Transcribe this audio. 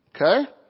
Okay